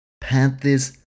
Panthers